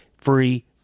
free